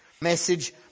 message